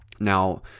Now